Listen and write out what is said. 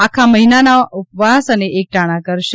આખા મહિનાના ઉપવાસ અને એકટાણા કરશે